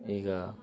ಈಗ